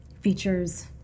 features